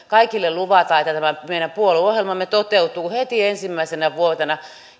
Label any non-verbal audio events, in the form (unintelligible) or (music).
(unintelligible) kaikille luvata että tämä meidän puolueohjelmamme toteutuu heti ensimmäisenä vuotena